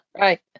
Right